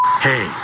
Hey